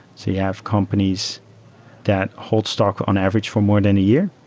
so you have companies that hold stock on average for more than a year,